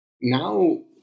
now